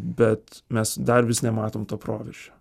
bet mes dar vis nematom to proveržio